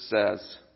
says